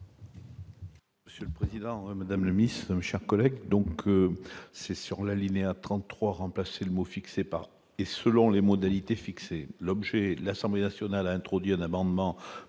Monsieur le président, Mesdames, la miss, chers collègues, donc c'est sur l'alinéa 33 remplacer le mot fixée par et selon les modalités fixées l'objet, l'Assemblée nationale a introduit un amendement